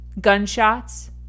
gunshots